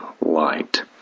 light